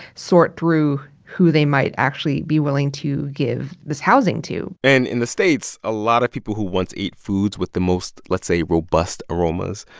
sort through who they might actually be willing to give this housing to and in the states, a lot of people who want to eat foods with the most, let's say, robust aromas,